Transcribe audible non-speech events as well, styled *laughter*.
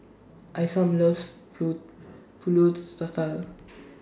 *noise* Isam loves Pull Pulut *noise* Tatal *noise*